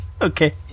Okay